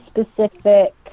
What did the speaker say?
specific